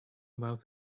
about